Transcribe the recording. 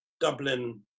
Dublin